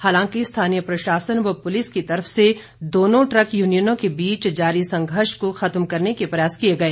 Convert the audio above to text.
हालांकि स्थानीय प्रशासन व पुलिस की तरफ से दोनों ट्रक यूनियनों के बीच जारी संघर्ष को खत्म करने के प्रयास किए गए